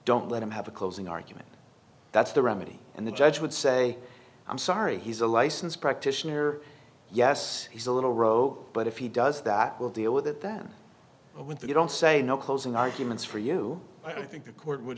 don't let him have a closing argument that's the remedy and the judge would say i'm sorry he's a license practitioner yes he's a little row but if he does that we'll deal with it then when they don't say no closing arguments for you i think the court would